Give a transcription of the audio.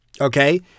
okay